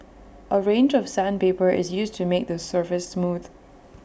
A range of sandpaper is used to make the surface smooth